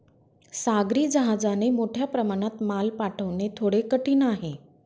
सागरी जहाजाने मोठ्या प्रमाणात माल पाठवणे थोडे कठीण आहे